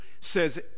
says